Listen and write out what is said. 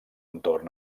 entorn